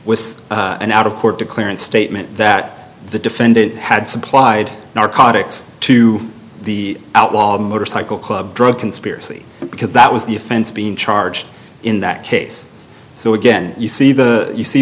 was an out of court to clearance statement that the defendant had supplied narcotics to the outlaw motorcycle club drug conspiracy because that was the offense being charged in that case so again you see the you see